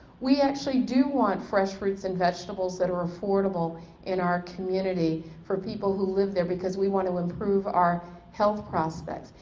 we actually do want fresh fruits and vegetables that are affordable in our community for people who live there because we want to improve our health prospects.